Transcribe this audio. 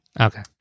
Okay